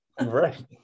right